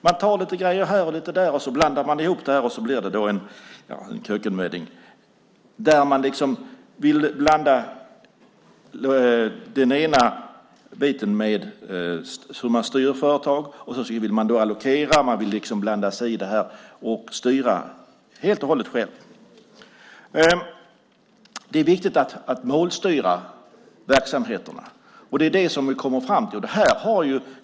Man tar lite här och lite där och blandar ihop och så blir det en kökkenmödding. Det handlar om att blanda ihop hur företag styrs med att allokera. Man vill blanda sig i och styra helt och hållet själv. Det är viktigt att målstyra verksamheterna. Det har vi kommit fram till.